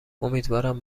امیدوارم